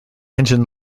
engine